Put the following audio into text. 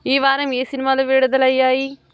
ఈ వారం ఏ సినిమాలు విడుదలయ్యాయి